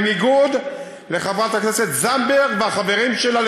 בניגוד לחברת הכנסת זנדברג והחברים שלה,